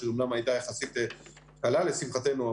שאומנם הייתה יחסית קלה לשמחתנו,